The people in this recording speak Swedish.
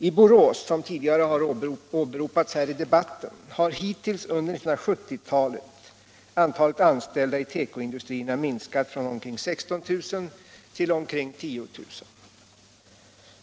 I Borås, som tidigare åberopats här i debatten, har hittills under 1970-talet antalet anställda i tekoindustrin minskat från omkring 16 000 till ungefär 10 000.